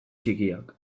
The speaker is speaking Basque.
txikiak